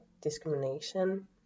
discrimination